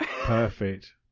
Perfect